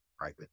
right